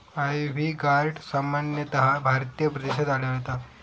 ivy gourd सामान्यतः भारतीय प्रदेशात आढळता